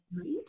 right